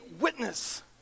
witness